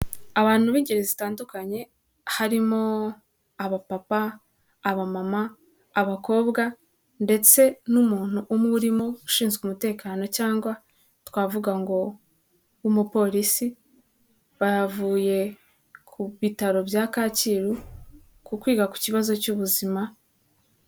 Abantu b'ingeri zitandukanye harimo aba papa, aba mama, abakobwa ndetse n'umuntu umwe urimo ushinzwe umutekano cyangwa twavuga ngo w'umupolisi, bavuye ku bitaro bya Kacyiru ku kwiga ku kibazo cy'ubuzima.